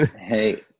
Hey